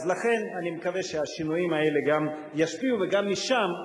לכן אני מקווה שהשינויים האלה גם ישפיעו וגם משם,